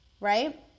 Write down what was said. right